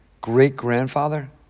great-grandfather